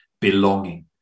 belonging